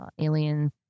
alien